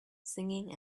singing